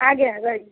ଆଜ୍ଞା ରହିଲି